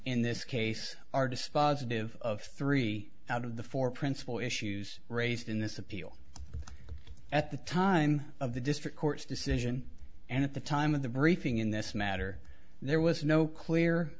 in this case are dispositive of three out of the four principal issues raised in this appeal at the time of the district court's decision and at the time of the briefing in this matter there was no clear